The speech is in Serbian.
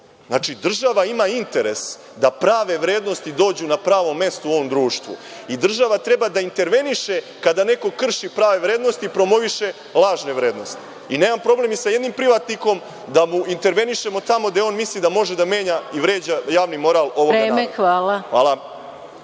država ima interes da prave vrednosti dođu na pravo mesto u ovom društvu i država treba da interveniše kada neko krši prave vrednosti i promoviše lažne vrednosti. Nemam problem ni sa jednim privatnikom da mu intervenišemo tamo gde on misli da može da menja i vređa javni moral ovog naroda. Hvala.